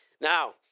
now